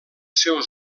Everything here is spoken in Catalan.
seus